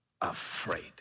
afraid